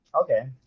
Okay